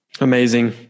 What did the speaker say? Amazing